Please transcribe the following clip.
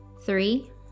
three